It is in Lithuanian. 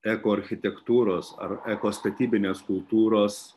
ekoarchitektūros ar ekostatybinės kultūros